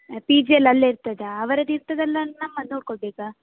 P ಜಿಯೆಲ್ಲ ಅಲ್ಲೇ ಇರ್ತದಾ ಅವರದ್ದು ಇರ್ತದಲ್ಲ ನಮ್ಮದು ನೋಡಿಕೊಳ್ಬೇಕಾ